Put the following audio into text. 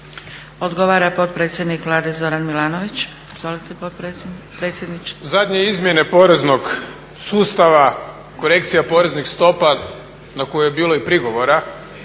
Odgovara predsjednik Vlade Zoran Milanović. Izvolite predsjedniče. **Milanović, Zoran (SDP)** Zadnje izmjene poreznog sustava, korekcija poreznih topa na koje je bilo i prigovora,